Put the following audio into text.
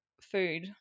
food